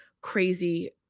crazy